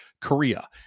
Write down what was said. Korea